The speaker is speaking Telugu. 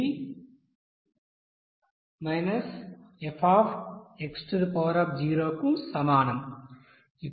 అది Fx కు సమానం